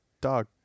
dog